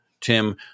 Tim